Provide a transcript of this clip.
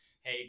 Hey